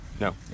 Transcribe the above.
No